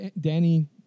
Danny